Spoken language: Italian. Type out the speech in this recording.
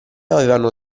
avevano